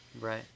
Right